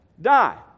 Die